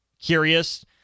curious